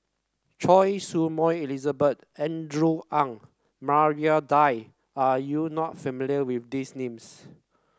Choy Su Moi Elizabeth Andrew Ang Maria Dyer are you not familiar with these names